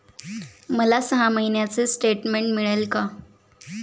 मला सहा महिन्यांचे स्टेटमेंट मिळेल का?